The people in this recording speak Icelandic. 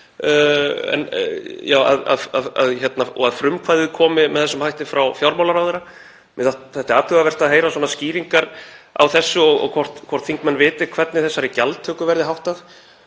og að frumkvæðið komi með þessum hætti frá fjármálaráðherra. Mér þætti athugavert að heyra skýringar á þessu og hvort þingmenn viti hvernig þessari gjaldtöku verði háttað.